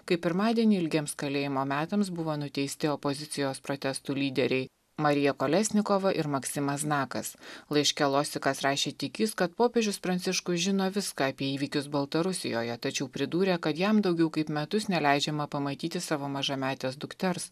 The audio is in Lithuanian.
kai pirmadienį ilgiems kalėjimo metams buvo nuteisti opozicijos protestų lyderiai marija kolesnikova ir maksimas znakas laiške losikas rašė tikintis kad popiežius pranciškus žino viską apie įvykius baltarusijoje tačiau pridūrė kad jam daugiau kaip metus neleidžiama pamatyti savo mažametės dukters